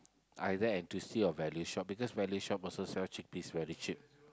either N_T_U_C or value shop because value shop also sell chickpeas very cheap